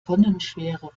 tonnenschwere